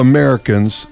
Americans